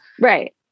right